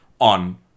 on